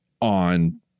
on